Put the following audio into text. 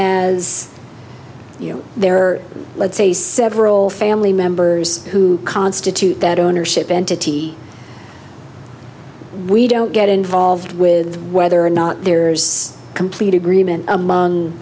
as you know there are let's say several family members who constitute that ownership entity we don't get involved with whether or not there's complete agreement among